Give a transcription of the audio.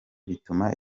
bituma